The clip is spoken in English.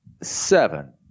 Seven